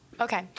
okay